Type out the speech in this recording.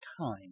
time